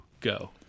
go